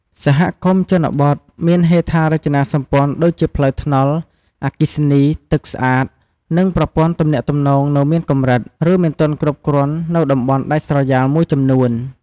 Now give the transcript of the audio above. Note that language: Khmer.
សហគមន៍ជនបទមានហេដ្ឋារចនាសម្ព័ន្ធដូចជាផ្លូវថ្នល់ អគ្គិសនី ទឹកស្អាត និងប្រព័ន្ធទំនាក់ទំនងនៅមានកម្រិត ឬមិនទាន់គ្រប់គ្រាន់នៅតំបន់ដាច់ស្រយាលមួយចំនួន។